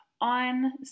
on